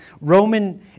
Roman